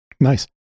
Nice